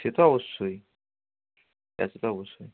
সে তো অবশ্যই ক্যাশে তো অবশ্যই